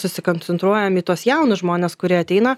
susikoncentruojam į tuos jaunus žmones kurie ateina